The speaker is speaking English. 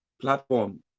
platform